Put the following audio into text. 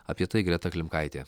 apie tai greta klimkaitė